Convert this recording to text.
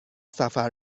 سفر